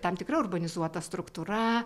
tam tikra urbanizuota struktūra